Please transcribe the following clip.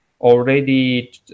already